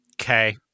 Okay